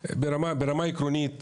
ברמה עקרונית,